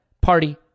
party